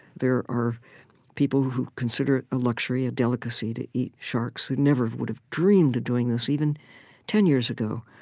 there are people who consider it a luxury, a delicacy, to eat sharks, who never would have dreamed of doing this even ten years ago,